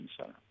Center